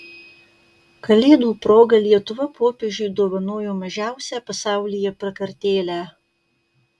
kalėdų proga lietuva popiežiui dovanojo mažiausią pasaulyje prakartėlę